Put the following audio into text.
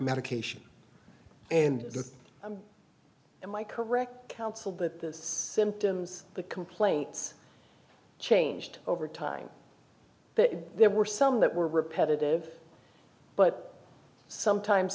medication and am i correct counsel that this symptoms the complaints changed over time that there were some that were repetitive but sometimes